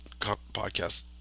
podcast